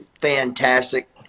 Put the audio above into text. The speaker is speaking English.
fantastic